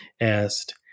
asked